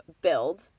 build